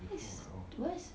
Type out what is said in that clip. where's where's